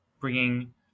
bringing